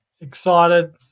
Excited